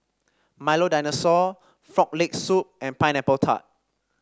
Milo Dinosaur Frog Leg Soup and Pineapple Tart